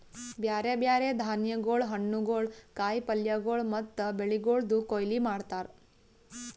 ಬ್ಯಾರೆ ಬ್ಯಾರೆ ಧಾನ್ಯಗೊಳ್, ಹಣ್ಣುಗೊಳ್, ಕಾಯಿ ಪಲ್ಯಗೊಳ್ ಮತ್ತ ಬೆಳಿಗೊಳ್ದು ಕೊಯ್ಲಿ ಮಾಡ್ತಾರ್